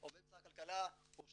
משטרת ישראל יש פניות,